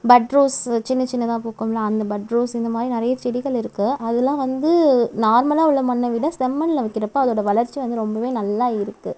பட்ரோஸ் சின்ன சின்னதாக பூக்கும்ல அந்த பட்ரோஸ் இந்தமாதிரி நிறையா செடிகள் இருக்குது அதெலாம் வந்து நார்மலாக உள்ள மண்ணை விட செம்மண்ல வைக்கிறப்ப அதோடய வளர்ச்சி வந்து ரொம்பவே நல்லா இருக்கும்